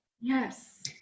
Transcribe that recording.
Yes